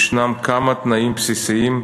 צריכים להתקיים כמה תנאים בסיסיים.